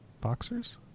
boxers